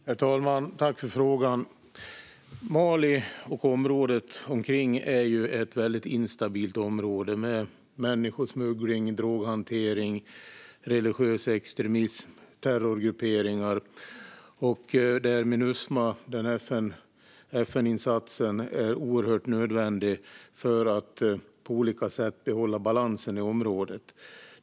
Herr talman! Tack, Alexandra Völker, för frågan! Mali och området runt omkring är väldigt instabilt, med människosmuggling, droghantering, religiös extremism och terrorgrupperingar. FN-insatsen Minusma är oerhört nödvändig för att på olika sätt behålla balansen i området.